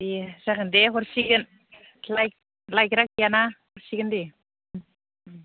दे जागोन दे हरसिगोन लायग्रा गैया ना हरसिगोन दे उम